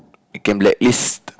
you can blacklist